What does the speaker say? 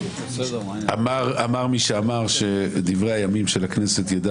אמר מי שאמר שדברי הימים של הכנסת יידע